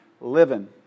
Living